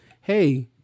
Hey